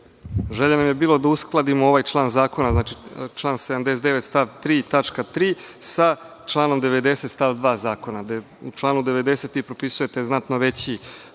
Želja nam je bila da uskladimo ovaj član zakona, znači član 79. stav 3. tačka 3) sa članom 90. stav 2. zakona gde u članu 90. propisujete znatno veće